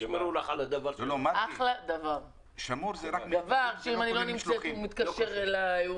מרגי, שמור זה רק מכתבים, זה לא כולל משלוחים.